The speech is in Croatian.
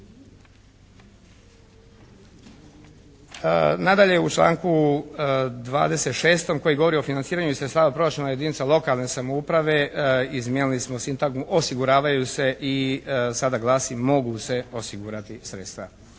Nadalje u članku 26. koji govori o financiranju iz sredstava proračuna jedinica lokalne samouprave izmijenili smo sintagmu "osiguravaju se" i sada glasi: "mogu se osigurati sredstva".